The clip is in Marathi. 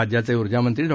राज्याचे ऊर्जामंत्री डॉ